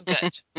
Good